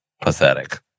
pathetic